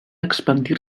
expandir